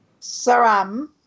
Saram